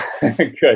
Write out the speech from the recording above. Good